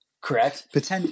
correct